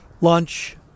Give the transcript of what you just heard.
lunch